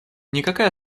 никакая